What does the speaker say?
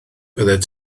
byddet